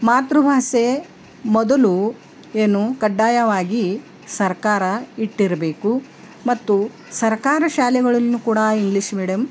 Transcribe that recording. ಮಾತೃಭಾಷೆ ಮೊದಲು ಏನು ಕಡ್ಡಾಯವಾಗಿ ಸರ್ಕಾರ ಇಟ್ಟಿರಬೇಕು ಮತ್ತು ಸರ್ಕಾರ ಶಾಲೆಗಳಲ್ಲು ಕೂಡ ಇಂಗ್ಲೀಷ್ ಮೀಡಿಯಮ್